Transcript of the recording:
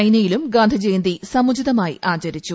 ചൈനയിലും ഗാന്ധിജയന്തി സമുചിതമായി ആചരിച്ചു